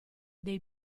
dei